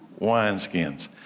wineskins